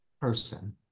person